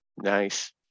Nice